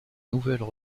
nouvelles